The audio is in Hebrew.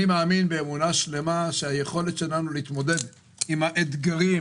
אני מאמין באמונה שלמה שהיכולת שלנו להתמודד עם האתגרים